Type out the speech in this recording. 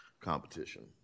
competition